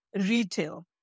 retail